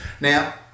Now